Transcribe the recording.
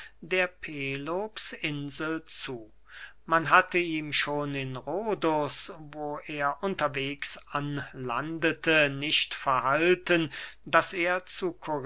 der pelopsinsel zu man hatte ihm schon in rhodus wo er unterwegs anlandete nicht verhalten daß er zu